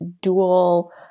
dual